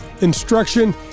instruction